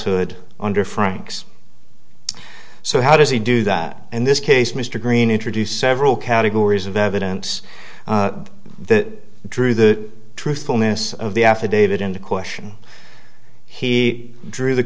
false hood under frank's so how does he do that in this case mr greene introduced several categories of evidence that drew the truthfulness of the affidavit into question he drew the